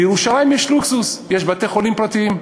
אבל בירושלים יש לוקסוס: יש בתי-חולים פרטיים,